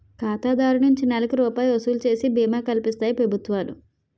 ఖాతాదారు నుంచి నెలకి రూపాయి వసూలు చేసి బీమా కల్పిస్తాయి ప్రభుత్వాలు